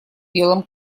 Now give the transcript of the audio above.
белом